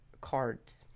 cards